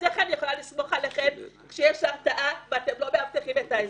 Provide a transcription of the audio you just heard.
אז איך אני יכולה לסמוך עליכם כשיש התראה ואתם לא מאבטחים את האזור?